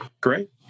Great